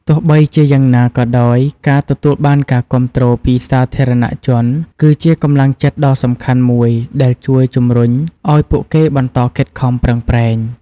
ទោះបីជាយ៉ាងណាក៏ដោយ ការទទួលបានការគាំទ្រពីសាធារណជនគឺជាកម្លាំងចិត្តដ៏សំខាន់មួយដែលជួយជម្រុញឲ្យពួកគេបន្តខិតខំប្រឹងប្រែង។